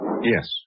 Yes